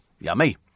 Yummy